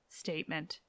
statement